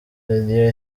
radio